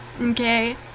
Okay